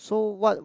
so what